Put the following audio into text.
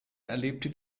erlebte